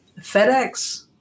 FedEx